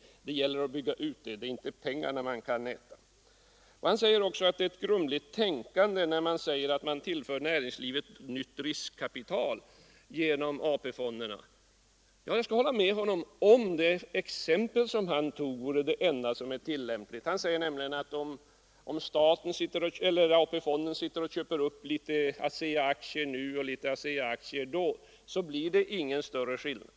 Det gäller att bygga ut det; det är inte pengarna man kan äta. Vice ordföranden säger också att det är ett grumligt tänkande när man säger att man tillför näringslivet nytt riskkapital genom AP-fonderna. Jag skall hålla med honom om att det är riktigt — om det exempel han tog vore det enda! Han säger nämligen: Om AP-fonden köper upp litet ASEA-aktier nu och litet ASEA-aktier då blir det ingen större skillnad.